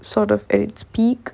sort of at it's peak